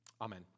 Amen